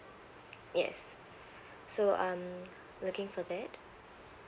yes so um looking for that